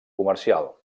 comercial